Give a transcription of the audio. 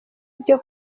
byo